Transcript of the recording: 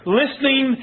listening